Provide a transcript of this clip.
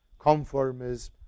conformism